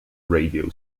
radio